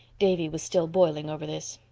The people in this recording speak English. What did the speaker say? davy was still boiling over this.